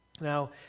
Now